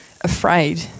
afraid